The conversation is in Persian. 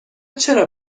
چرا